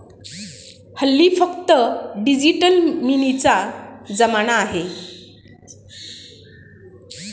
हल्ली फक्त डिजिटल मनीचा जमाना आहे